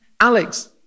Alex